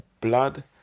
blood